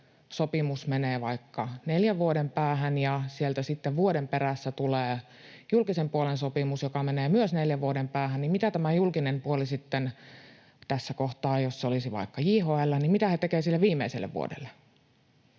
sopimus menee vaikka neljän vuoden päähän ja sieltä sitten vuoden perästä tulee julkisen puolen sopimus, joka menee myös neljän vuoden päähän, niin mitä tämä julkinen puoli sitten tässä kohtaa — jos se olisi vaikka JHL — tekee sille viimeiselle vuodelle,